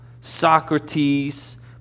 Socrates